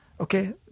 okay